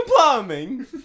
plumbing